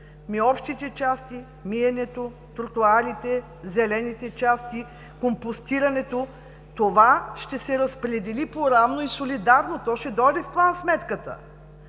общите ти части, миенето, тротоарите, зелените части, компостирането? Това ще се разпредели по-равно и солидарно, то ще дойде по сметката.